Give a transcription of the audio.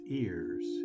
ears